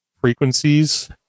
frequencies